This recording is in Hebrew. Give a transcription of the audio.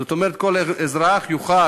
זאת אומרת, כל אזרח יוכל